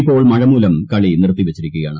ഇപ്പോൾ മഴ മൂലം കളി നിർത്തിവച്ചിരിക്കുകയാണ്